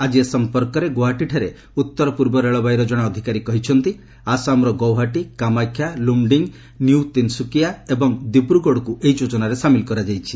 ଆଜି ଏ ସଂପର୍କରେ ଗୌହାଟୀଠାରେ ଉତ୍ତର ପୂର୍ବ ରେଳବାଇର ଅଧିକାରୀ କହିଛନ୍ତି ଆସାମର ଗୌହାଟୀ କାମାକ୍ଷା ଲୁମ୍ଡିଙ୍ଗ୍ ନିଉ ତିନ୍ୟକିଆ ଏବଂ ଦିବ୍ରୁଗଡ଼କୁ ଏହି ଯୋଜନାରେ ସାମିଲ କରାଯାଇଛି